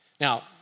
Now